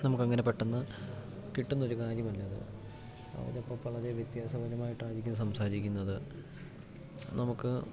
നമുക്കങ്ങനെ പെട്ടെന്ന് കിട്ടുന്നൊരു കാര്യമല്ലത് അതിപ്പം വളരെ വ്യത്യാസപരമായിട്ടായിരിക്കും സംസാരിക്കുന്നത് നമുക്ക്